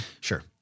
Sure